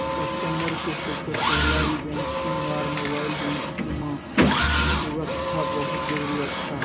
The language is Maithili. कस्टमर के सबसे पहला ई बैंकिंग आर मोबाइल बैंकिंग मां सुरक्षा बहुत जरूरी अच्छा